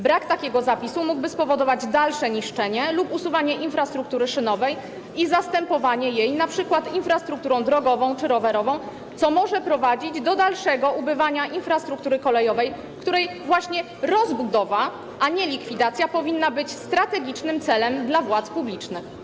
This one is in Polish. Brak takiego zapisu mógłby spowodować dalsze niszczenie lub usuwanie infrastruktury szynowej i zastępowanie jej np. infrastrukturą drogową czy rowerową, co może prowadzić do dalszego ubywania infrastruktury kolejowej, której właśnie rozbudowa, a nie likwidacja powinna być strategicznym celem władz publicznych.